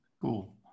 Cool